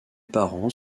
parents